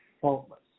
faultless